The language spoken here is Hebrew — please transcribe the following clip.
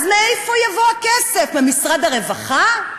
אז מאיפה יבוא הכסף, ממשרד הרווחה?